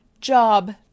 job